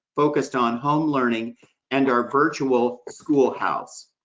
focused on home learning and our virtual schoolhouse.